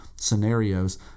Scenarios